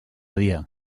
dia